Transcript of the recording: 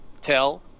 Tell